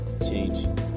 change